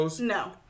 No